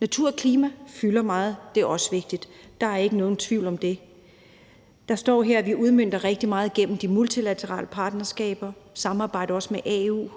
Natur og klima fylder meget. Det er også vigtigt. Der er ikke nogen tvivl om det. Der står her, at vi udmønter rigtig meget gennem de multilaterale partnerskaber, og at vi også samarbejder med AU, Den